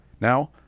Now